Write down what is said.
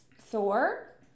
Thor